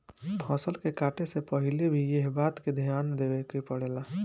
फसल के काटे से पहिले भी एह बात के ध्यान देवे के पड़ेला